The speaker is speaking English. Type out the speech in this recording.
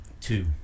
two